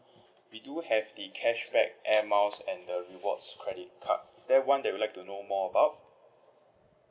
we do have the cashback air miles and the rewards credit cards is there one that you would like to know more about